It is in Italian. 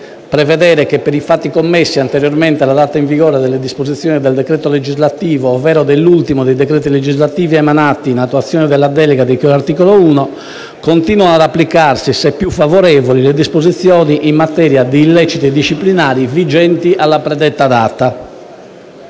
prevedere che per i fatti commessi anteriormente alla data di entrata in vigore delle disposizioni del decreto legislativo ovvero dell'ultimo dei decreti legislativi emanati in attuazione della delega di cui all'articolo 1 continuano ad applicarsi, se più favorevoli, le disposizioni in materia di illeciti disciplinarivigenti alla predetta data.».